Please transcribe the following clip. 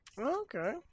Okay